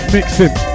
Mixing